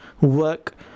work